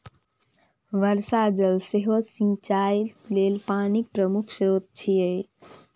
वर्षा जल सेहो सिंचाइ लेल पानिक प्रमुख स्रोत छियै